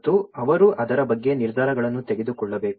ಮತ್ತು ಅವರು ಅದರ ಬಗ್ಗೆ ನಿರ್ಧಾರಗಳನ್ನು ತೆಗೆದುಕೊಳ್ಳಬೇಕು